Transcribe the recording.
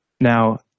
Now